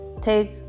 take